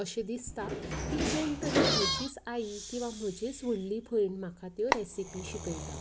अशें दिसता की कोण तरी म्हजीच आई किंवां म्हजेंच व्हडली भयण म्हाका त्यो रॅसिपी शिकयता